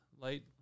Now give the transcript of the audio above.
light